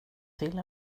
till